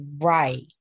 right